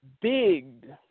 big